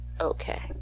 okay